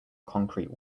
concrete